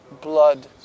blood